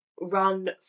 run